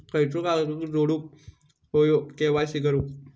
खयचो कागद जोडुक होयो के.वाय.सी करूक?